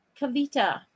Kavita